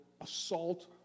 assault